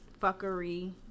fuckery